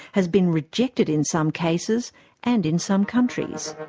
has been rejected in some cases and in some countries.